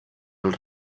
els